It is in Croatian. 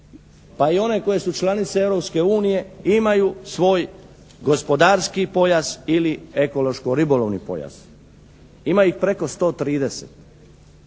pa i one koje su članice Europske unije imaju svoj gospodarski pojas ili ekološko-ribolovni pojas. Ima ih preko 130.